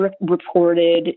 reported